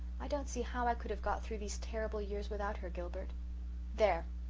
i don't see how i could have got through these terrible years without her, gilbert there,